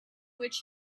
which